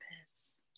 purpose